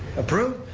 approved,